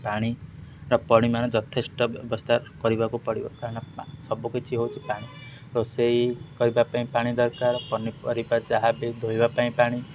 ପାଣିର ପରିମାଣରେ ଯଥେଷ୍ଟ ବ୍ୟବସ୍ଥା କରିବାକୁ ପଡ଼ିବ କାରଣ ସବୁକିଛି ହେଉଛି ପାଣି ରୋଷେଇ କରିବା ପାଇଁ ପାଣି ଦରକାର ପନିପରିବା ଯାହା ବି ଧୋଇବା ପାଇଁ ପାଣି